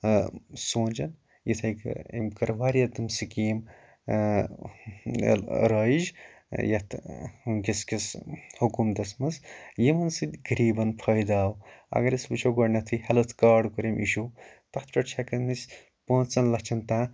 سونٛچان یَتٕھے کَنۍ أمۍ کٔر واریاہ تِم سِکیٖم رٲیِج یَتھ وٕنۍکٮ۪س کِس حکوٗمتَس منٛز یِمن سۭتۍ غٔریٖبَن فٲیدٕ آو اگر أسۍ وٕچھو گۄڈنٮ۪تٕھے ہیلٕتھ کاڑ کوٚر أمۍ اِشوٗ تَتھ پٮ۪ٹھ چھِ ہیکان أسۍ پانٛژَن لَچَھن تام